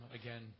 again